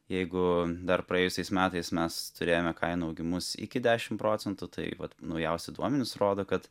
jeigu dar praėjusiais metais mes turėjome kainų augimus iki dešimt procentų tai vat naujausi duomenys rodo kad